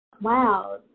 wow